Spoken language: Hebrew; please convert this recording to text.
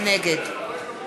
נגד